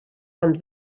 ond